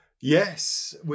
Yes